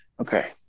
Okay